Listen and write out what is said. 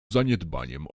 zaniedbaniem